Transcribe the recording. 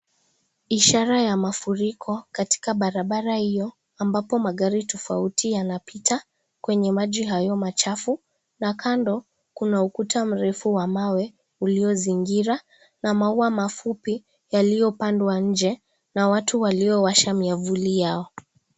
Ishara ya mafuriko katika barabara hiyo ambapo magari tofauti yanapita kwenye maji hayo machafu na kando kuna ukuta mrefu wa mawe uliozingira na maua mafupi yaliyopandwa nje na watu waliowasha miavuli yao.